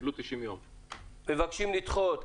מבקשים לדחות?